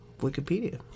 Wikipedia